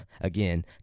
again